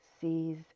sees